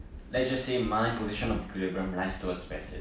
let's just say my position of equilibrium lies towards passive